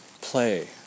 play